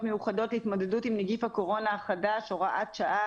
מיוחדות להתמודדות עם נגיף הקורונה החדש (הוראת שעה),